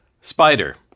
Spider